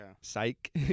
psych